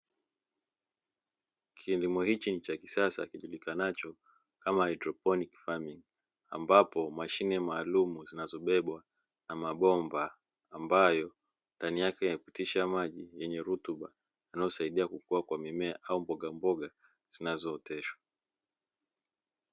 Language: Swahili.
Kilimo hichi ni chakisasa kijulikanacho kama hdroponiki, ambapo mashine maalumu, zinazobebwa na mabomba ambayo ndani yake yanapitisha maji yenye rutuba yanayo saidia kukua kwa mimea au mbogamboga zinazo oteshwa.